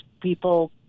people